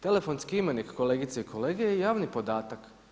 Telefonski imenik kolegice i kolege je javni podatak.